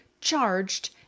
charged